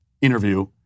interview